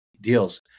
deals